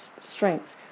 strengths